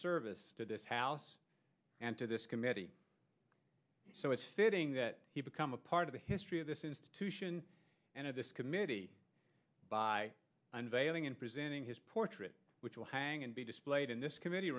service to this house and to this committee so it's fitting that he become a part of the history of this institution and of this committee by unveiling and presenting his portrait which will hang and be displayed in this committee